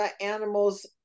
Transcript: animals